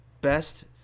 best